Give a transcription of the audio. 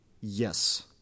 Yes